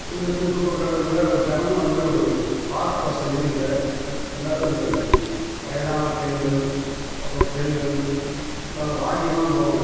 இந்த சுற்று பக்கத்தில் ஜனங்கள் வந்து ஒரு பார்க் வசதி இல்லை ரெண்டாவது இந்த வயதான பெண்கள் அப்றம் பெண்கள் எல்லாம் இந்த வாக்கிங்லாம் போவாங்க